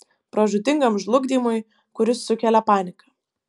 pražūtingam žlugdymui kuris sukelia panika